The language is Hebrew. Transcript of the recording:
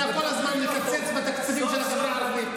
אתה כל הזמן מקצץ בתקציבים של החברה הערבית.